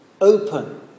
open